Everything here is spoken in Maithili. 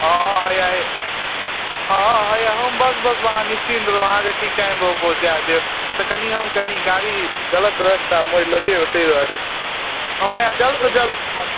हँ हैया हँ हैया हम बस बस आहाँ निश्चिन्त रहू अहाँके ठीक टाइमपर हम पहुँचा देब ओ तऽ कनी हम कनी गाड़ी गलत रस्ता मोड़ि लेलिऐ तै दुआरे हम हैआ जल्दसँ जल्द